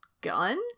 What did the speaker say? Gun